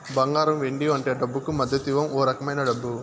బంగారం వెండి వంటి డబ్బుకు మద్దతివ్వం ఓ రకమైన డబ్బు